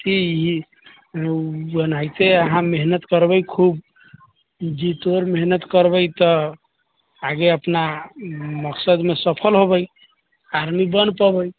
की ई ओनहिते अहाँ मेहनत करबै खूब जीतोड़ मेहनत करबै तऽ आगे अपना मकशद मे सफल होबै आर्मी बन पबै